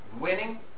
winning